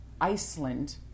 Iceland